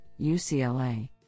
UCLA